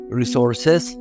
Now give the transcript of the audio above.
resources